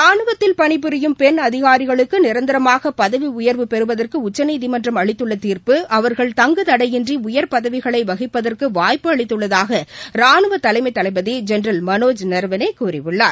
ரானுவத்தில் பணிபுரியும் பெண் அதிகாரிகளுக்கு நிரந்தரமாக பதவி உயர்வு பெறுவதற்கு உச்சநீதிமன்றம் அளித்துள்ள தீர்ப்பு அவர்கள் தங்குதடையின்றி உயர் பதவிகளை வகிப்பதற்கு வாய்ப்பு அளித்துள்ளதாக ரானுவ தலைமை தளபதி ஜெனரல் மனோஜ் நரவனே கூறியுள்ளார்